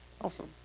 awesome